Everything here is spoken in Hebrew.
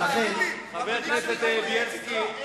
המנהיג שלך התייעץ אתך?